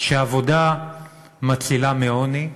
שעבודה מצילה מעוני,